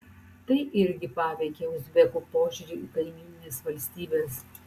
tai irgi paveikė uzbekų požiūrį į kaimynines valstybes